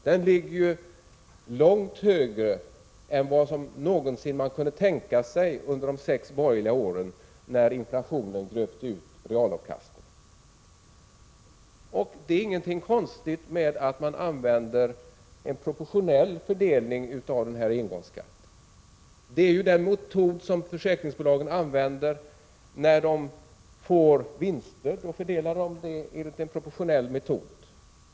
Den ligger ju långt högre än vad man någonsin kunde tänka sig under de sex borgerliga regeringsåren, när inflationen gröpte ur realavkastningen. Det är ingenting konstigt med att man använder en proportionell fördelning av engångsskatten. Det är ju den metod som försäkringsbolagen använder när de fördelar vinsterna. De vinner nu på att placeringsplikten — Prot.